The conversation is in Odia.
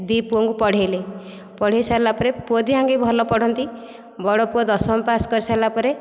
ଦୁଇ ପୁଅଙ୍କୁ ପଢ଼ାଇଲେ ପଢ଼ାଇସାରିଲା ପରେ ପୁଅ ଦୁଇଜଣ ଯାଙ୍କେ ଭଲ ପଢ଼ନ୍ତି ବଡ଼ ପୁଅ ଦଶମ ପାସ୍ କରିସାରିଲା ପରେ